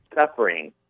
suffering